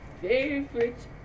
favorite